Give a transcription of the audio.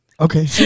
Okay